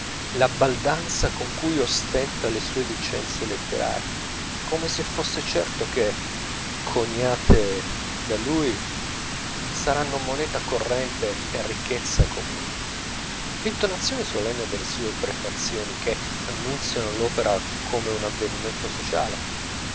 la baldanza con cui ostenta le sue licenze letterarie come se fosse certo che coniate da lui saranno moneta corrente e ricchezza comune l'intonazione solenne delle sue prefazioni che annunziano l'opera come un avvenimento sociale